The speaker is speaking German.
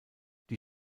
die